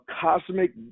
cosmic